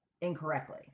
incorrectly